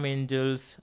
Angels